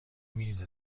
میز